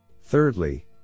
thirdly